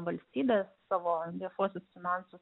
valstybės savo viešuosius finansus